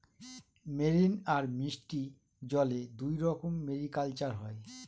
marine আর মিষ্টি জলে দুইরকম মেরিকালচার হয়